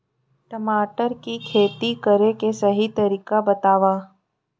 टमाटर की खेती करे के सही तरीका बतावा?